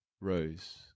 rose